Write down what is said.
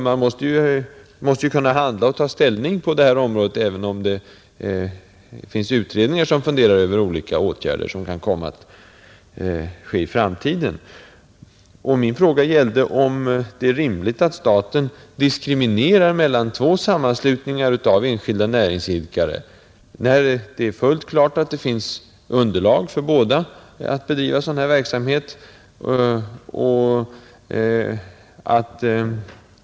Man måste kunna handla och ta ställning på detta område även om utredningar funderar över olika åtgärder som kan vidtas i framtiden. Min fråga gällde om det är rimligt att staten diskriminerar mellan två sammanslutningar av enskilda näringsidkare, när det är fullt klart att det finns underlag för båda att bedriva sådan här verksamhet.